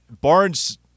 Barnes